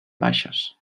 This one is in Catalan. baixes